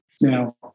Now